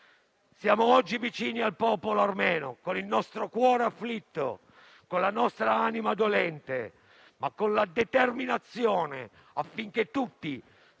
siamo vicini al popolo armeno, con il nostro cuore afflitto, con la nostra anima dolente, ma con la determinazione affinché tutti sappiano